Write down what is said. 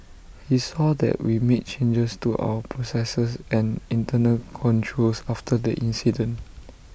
he saw that we made changes to our processes and internal controls after the incident